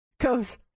goes